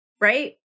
right